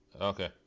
okay